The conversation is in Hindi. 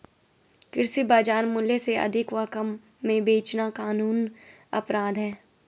कृषि बाजार मूल्य से अधिक व कम में बेचना कानूनन अपराध है